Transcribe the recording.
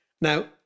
Now